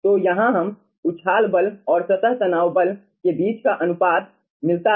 तो यहाँ हमें उछाल बल और सतह तनाव बल के बीच का अनुपात मिलता है